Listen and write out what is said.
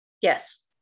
yes